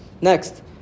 Next